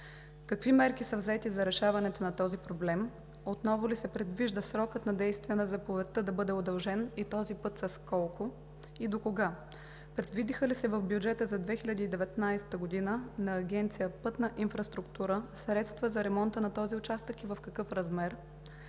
какви мерки са взети за решаване на този проблем? Отново ли се предвижда срокът на действие на заповедта да бъде удължен и този път с колко и до кога? Предвидиха ли се в бюджета за 2019 г. на Агенция „Пътна инфраструктура“ средства за ремонта на този участък и в какъв размер?